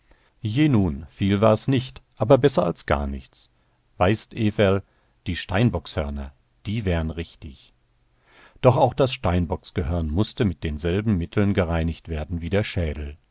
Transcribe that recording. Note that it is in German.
je nun viel war's nicht aber besser als gar nichts weißt everl die steinbockshörner die wären richtig doch auch das steinbocksgehörn mußte mit denselben mitteln gereinigt werden wie der schädel